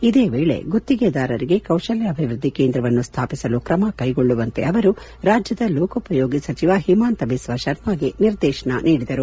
ಇದೇ ವೇಳೆ ಗುತ್ತಿಗೆದಾರರಿಗೆ ಕೌಶಲ್ಯಾಭಿವೃದ್ದಿ ಕೇಂದ್ರವನ್ನು ಸ್ಥಾಪಿಸಲು ಕ್ರಮ ಕೈಗೊಳ್ಳುವಂತೆ ಅವರು ರಾಜ್ಯದ ಲೋಕೋಪಯೋಗಿ ಸಚಿವ ಹಿಮಾಂತ ಬಿಸ್ವಾ ಶರ್ಮಾಗೆ ನಿರ್ದೇಶನ ನೀಡಿದರು